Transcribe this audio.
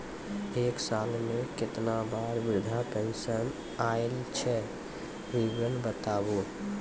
एक साल मे केतना बार वृद्धा पेंशन आयल छै विवरन बताबू?